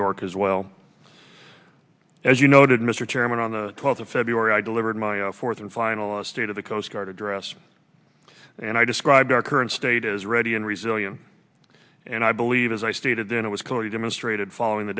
york as well as you noted mr chairman on the twelfth of february i delivered my fourth and final state of the coast guard address and i described our current state is ready and resilient and i believe as i stated it was clearly demonstrated following the